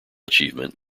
achievement